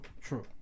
true